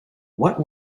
what